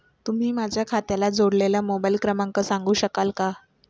तुम्ही माझ्या खात्याला जोडलेला मोबाइल क्रमांक सांगू शकाल का?